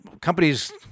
companies